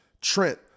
Trent